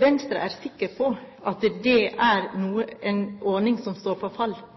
Venstre er sikker på at det er